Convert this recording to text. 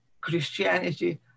Christianity